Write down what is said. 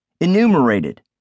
enumerated